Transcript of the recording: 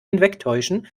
hinwegtäuschen